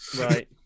Right